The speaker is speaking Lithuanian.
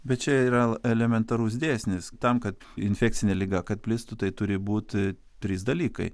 bet čia yra elementarus dėsnis tam kad infekcinė liga kad plistų tai turi būti trys dalykai